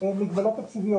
מגבלות תקציביות.